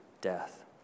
death